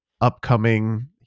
upcoming